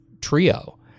trio